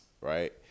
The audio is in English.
right